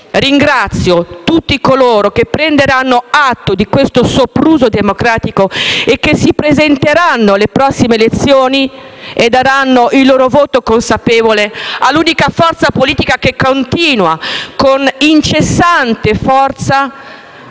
ringrazio tutti coloro che prenderanno atto di questo sopruso democratico, si presenteranno alle prossime elezioni e daranno il loro voto consapevole all'unica forza politica che continua con incessante energia